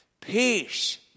Peace